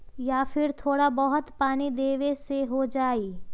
या फिर थोड़ा बहुत पानी देबे से हो जाइ?